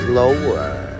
lower